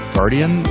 Guardian